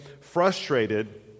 frustrated